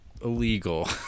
illegal